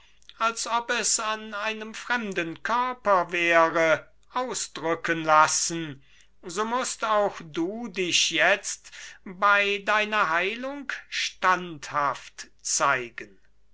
als ob es an einem fremden körper wäre ausdrücken lassen so mußt du dich jetzt bei deiner heilung standhaft zeigen